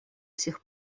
сих